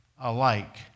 alike